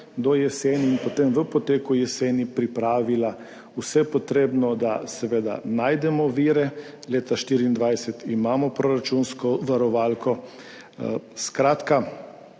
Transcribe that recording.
do jeseni in potem v poteku jeseni pripravila vse potrebno, da seveda najdemo vire. Leta 2024 imamo proračunsko varovalko, skratka,